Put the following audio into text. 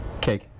Cake